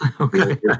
Okay